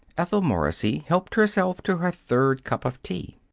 ethel morrissey helped herself to her third cup of tea.